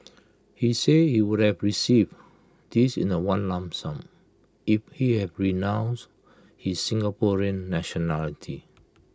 he said he would have received this in one lump sum if he had renounced his Singaporean nationality